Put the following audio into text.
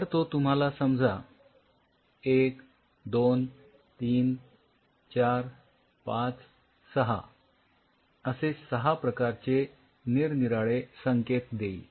तर तो तुम्हाला समजा १ २ ३ ४ ५ ६ असे ६ प्रकारचे निरनिराळे संकेत देईल